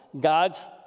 God's